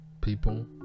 people